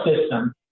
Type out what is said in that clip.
system